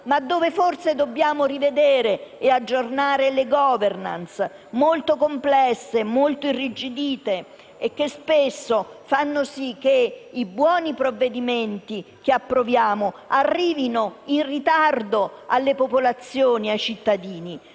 analoghe. Forse dobbiamo rivedere e aggiornare le *governance*, molto complesse e molto irrigidite e che spesso fanno sì che i buoni provvedimenti che approviamo arrivino in ritardo alle popolazioni e ai cittadini.